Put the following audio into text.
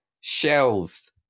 shells